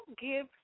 give